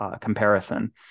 comparison